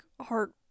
heart